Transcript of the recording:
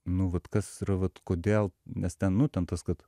nu vat kas yra vat kodėl nes ten nu ten tas kad